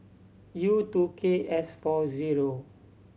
U two K S four zero